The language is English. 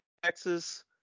Texas